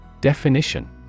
Definition